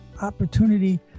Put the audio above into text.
opportunity